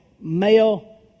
male